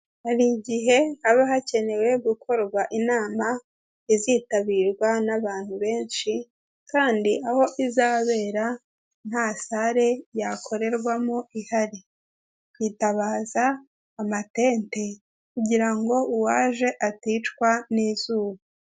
Hari igihe haba hakenewe gukorwa inama izitabirwa n'abantu benshi kandi aho izabera nta sare yakorerwamo ihari, twitabaza amatente kugira ngo uwaje aticwa n'izuba.